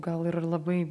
gal ir labai